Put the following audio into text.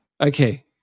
Okay